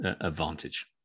advantage